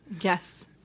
Yes